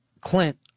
Clint